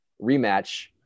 rematch